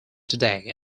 today